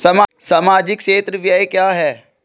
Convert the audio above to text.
सामाजिक क्षेत्र व्यय क्या है?